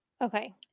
Okay